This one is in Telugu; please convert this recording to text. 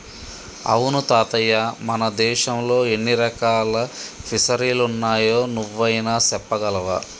అవును తాతయ్య మన దేశంలో ఎన్ని రకాల ఫిసరీలున్నాయో నువ్వైనా సెప్పగలవా